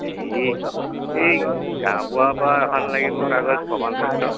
এই এই গাঁওবুঢ়াৰপৰা এখন লাগিব কাগজ প্ৰমণপত্ৰ